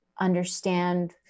understand